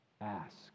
Ask